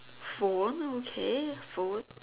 phone okay phone